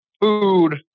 food